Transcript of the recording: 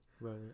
Right